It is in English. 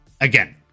Again